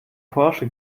porsche